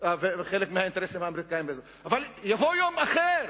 וחלק מהאינטרסים האמריקניים באזור, יבוא יום אחר,